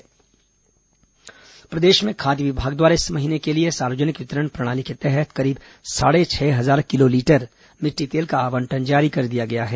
मिट्टी तेल आवंटन प्रदेश में खाद्य विभाग द्वारा इस महीने के लिए सार्वजनिक वितरण प्रणाली के तहत करीब साढ़े छह हजार किलोलीटर मिट्टी तेल का आवंटन जारी कर दिया गया है